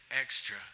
extra